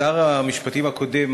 שר המשפטים הקודם,